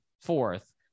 fourth